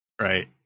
right